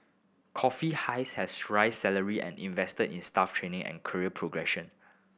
coffee has raised salary and invested in staff training and career progression